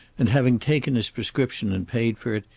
and having taken his prescription and paid for it,